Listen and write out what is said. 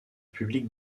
public